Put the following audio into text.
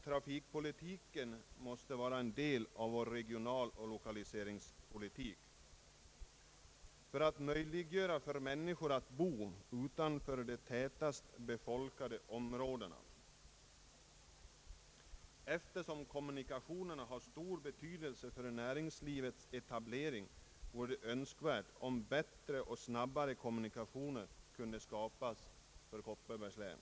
Trafikpolitiken måste utgöra en del av vår regionaloch lokaliseringspolitik så att det blir möjligt för människor att bo utanför de tätast befolkade områdena. Eftersom kommunikationerna har stor betydelse för näringslivets etablering, vore det önskvärt att skapa bättre och snabbare kommunikationer för hela Kopparbergs län.